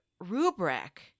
rubric